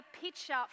picture